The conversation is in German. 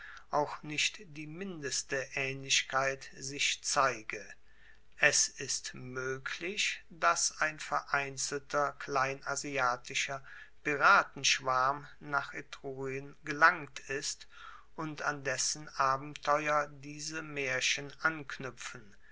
auch nicht die mindeste aehnlichkeit sich zeige es ist moeglich dass ein vereinzelter kleinasiatischer piratenschwarm nach etrurien gelangt ist und an dessen abenteuer diese maerchen anknuepfen